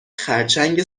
خرچنگ